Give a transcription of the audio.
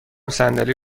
صندلی